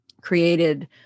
created